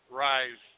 rise